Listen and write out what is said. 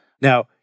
Now